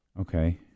Okay